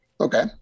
Okay